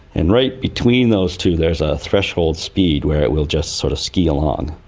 and right between those two there is a threshold speed where it will just sort of ski along.